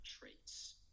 traits